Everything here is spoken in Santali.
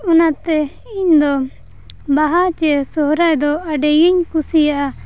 ᱚᱱᱟᱛᱮ ᱤᱧ ᱫᱚ ᱵᱟᱦᱟ ᱪᱮ ᱥᱚᱦᱨᱟᱭ ᱫᱚ ᱟᱹᱰᱤᱜᱤᱧ ᱠᱩᱥᱤᱭᱟᱜᱼᱟ